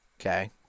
Okay